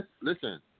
listen